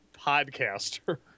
podcaster